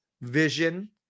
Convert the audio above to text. vision